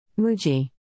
Muji